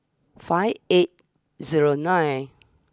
five eight zero nine